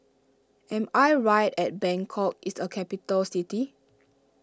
am I right at Bangkok is a capital city